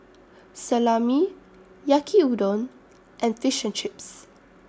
Salami Yaki Udon and Fish and Chips